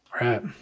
Right